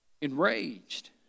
Enraged